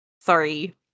Sorry